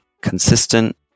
consistent